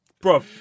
Bro